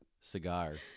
cigar